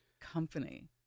company